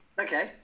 Okay